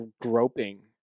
groping